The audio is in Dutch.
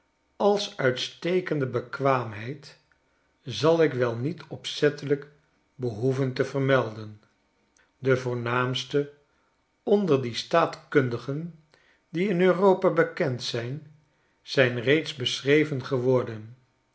als uitstekende bekwaamheid zal ik wel niet opzettelijk behoeven te vermelden de voornaamsten onder die staatkundigen die in europa bekend zijn zijn reeds beschreven geworden